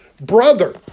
brother